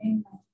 Amen